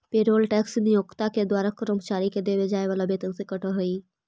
payroll tax नियोक्ता के द्वारा कर्मचारि के देवे जाए वाला वेतन से कटऽ हई